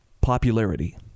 popularity